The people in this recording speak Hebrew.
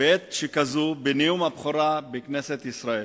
בעת שכזו בנאום הבכורה בכנסת ישראל.